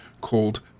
called